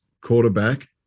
quarterback